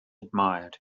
admired